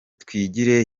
twigire